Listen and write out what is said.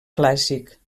clàssic